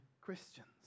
Christians